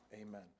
Amen